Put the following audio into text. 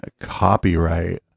copyright